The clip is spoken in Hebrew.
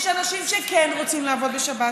יש אנשים שכן רוצים לעבוד בשבת,